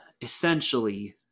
essentially